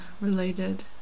related